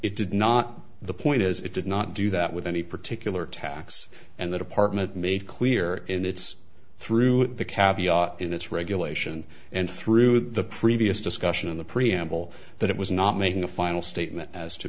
it did not the point is it did not do that with any particular tax and the department made clear in its through the caviar in its regulation and through the previous discussion in the preamble that it was not making a final statement as to